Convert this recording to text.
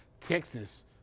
Texas